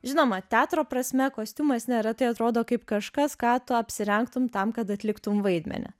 žinoma teatro prasme kostiumas neretai atrodo kaip kažkas ką tu apsirengtum tam kad atliktum vaidmenį